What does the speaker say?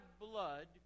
blood